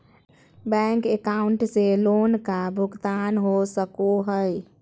Bank account से loan का भुगतान हो सको हई?